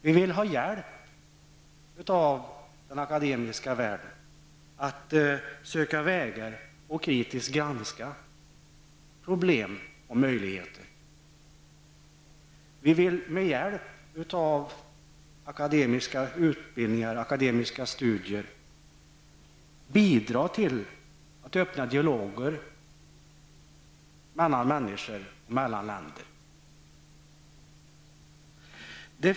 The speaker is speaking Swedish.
Vi vill ha hjälp av den akademiska världen att söka vägar och kritiskt granska problem och möjligheter. Vi vill med hjälp av akademiska studier bidra till att öppna dialoger mellan människor och länder.